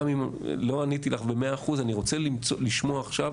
גם אם לא עניתי לך ב-100%, אני רוצה לשמוע עכשיו,